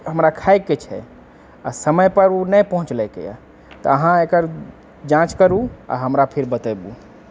हमरा खाएके छै आ समय पर ओ नहि पहुँचेलकैए तऽ अहाँ एकर जाँच करू आ हमरा फेर बताबु